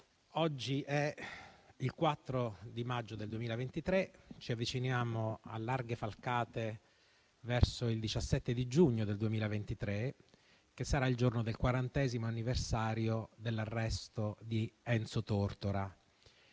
Oggi è il 4 maggio 2023. Ci avviciniamo a larghe falcate verso il 17 giugno 2023, che sarà il giorno del quarantesimo anniversario dell'arresto di Enzo Tortora: